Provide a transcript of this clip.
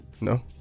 No